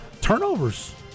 Turnovers